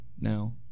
Now